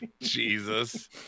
Jesus